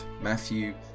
Matthew